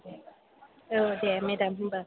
औ दे मेडाम होम्बा